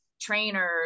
trainers